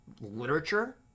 literature